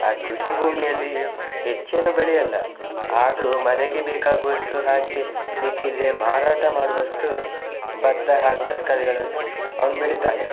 ಆ ಕೃಷಿ ಭೂಮಿಯಲ್ಲಿ ಹೆಚ್ಚೇನೂ ಬೆಳೆಯಲ್ಲ ಆದರೂ ಮನೆಗೆ ಬೇಕಾಗುವಷ್ಟು ಹಾಗೆ ಮಿಕ್ಕಿದರೆ ಮಾರಾಟ ಮಾಡುವಷ್ಟು ಭತ್ತ ಹಾಗೂ ತರಕಾರಿಗಳನ್ನು ಅವನು ಬೆಳಿತಾನೆ